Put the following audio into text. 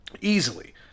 easily